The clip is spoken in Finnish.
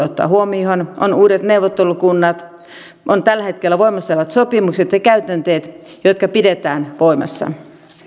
ottaa huomioon on uudet neuvottelukunnat on tällä hetkellä voimassa olevat sopimukset ja käytänteet jotka pidetään voimassa